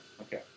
Okay